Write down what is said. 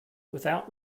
without